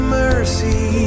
mercy